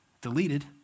deleted